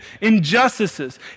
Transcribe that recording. injustices